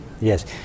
Yes